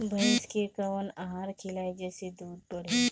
भइस के कवन आहार खिलाई जेसे दूध बढ़ी?